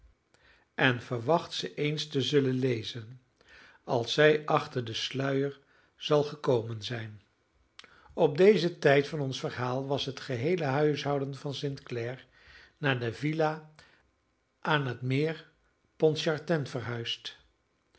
en verwacht ze eens te zullen lezen als zij achter den sluier zal gekomen zijn op dezen tijd van ons verhaal was het geheele huishouden van st clare naar de villa aan het meer pontchartrain verhuisd